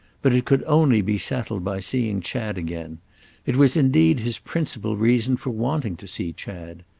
but it could only be settled by seeing chad again it was indeed his principal reason for wanting to see chad.